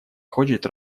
хочет